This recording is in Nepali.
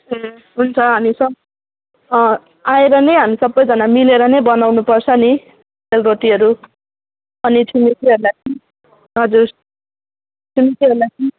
ए हुन्छ हामी सब आएर नै हामी सबैजना मिलेर नै बनाउनु पर्छ नि सेलरोटीहरू अनि छिमेकीहरूलाई पनि हजुर छिमेकीहरूलाई पनि